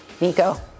Nico